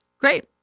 Great